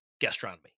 gastronomy